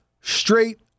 straight